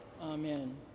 Amen